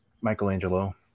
Michelangelo